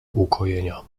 ukojenia